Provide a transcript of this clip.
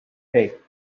hey